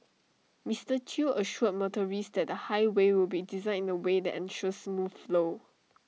Mister chew assured motorist that the highway will be designed in A way that ensures smooth flow